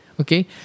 okay